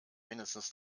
mindestens